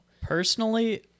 Personally